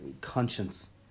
conscience